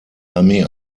armee